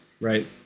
right